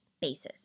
basis